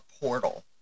portal